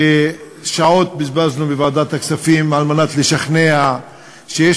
שעות בזבזנו בוועדת הכספים על מנת לשכנע שיש